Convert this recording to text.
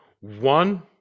One